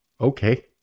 Okay